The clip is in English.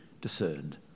discerned